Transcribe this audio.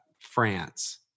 France